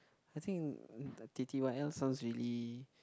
I think t_t_y_l sounds really